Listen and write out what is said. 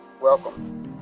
welcome